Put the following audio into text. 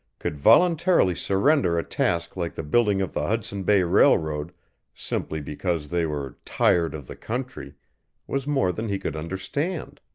could voluntarily surrender a task like the building of the hudson bay railroad simply because they were tired of the country was more than he could understand.